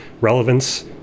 relevance